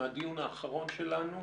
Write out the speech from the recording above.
מהדיון האחרון שלנו,